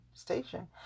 Station